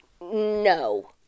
No